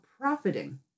profiting